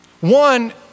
One